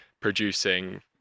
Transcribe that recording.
producing